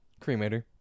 Cremator